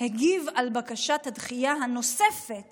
הגיב על בקשת הדחייה הנוספת